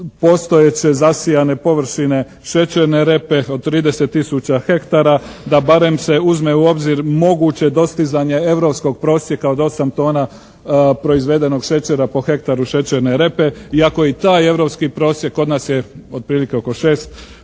postojeće zasijane površine šećerne repe od 30 tisuća hektara, da barem se uzme u obzir moguće dostizanje europskog prosjeka od 8 tona proizvedenog šećera po hektaru šećerne repe, iako i taj europski prosjek kod nas je otprilike 6 tona,